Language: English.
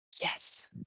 Yes